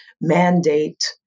mandate